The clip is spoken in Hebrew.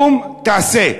קום-תעשה.